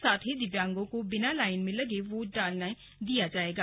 साथ ही दिव्यांगों को बिना लाइन में लगे वोट डालने दिया जाएगा